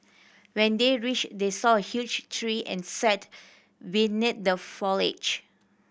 when they reached they saw a huge tree and sat beneath the foliage